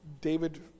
David